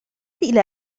إلى